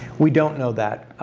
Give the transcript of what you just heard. we don't know that.